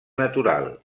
natural